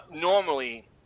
Normally